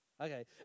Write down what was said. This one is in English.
Okay